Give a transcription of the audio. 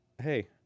hey